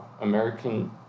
American